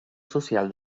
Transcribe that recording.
social